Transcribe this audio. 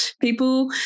people